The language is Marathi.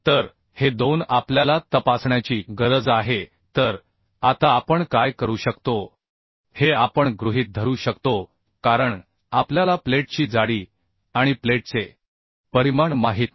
तर हे दोन आपल्याला तपासण्याची गरज आहे तर आता आपण काय करू शकतो हे आपण गृहीत धरू शकतो कारण आपल्याला प्लेटची जाडी आणि प्लेटचे परिमाण माहित नाही